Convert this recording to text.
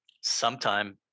sometime